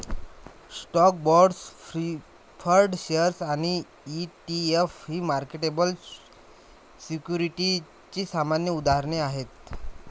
stocks, bonds, preferred shares आणि ETF ही marketable सिक्युरिटीजची सामान्य उदाहरणे आहेत